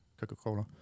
Coca-Cola